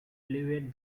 alleviate